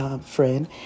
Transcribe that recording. Friend